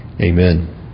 Amen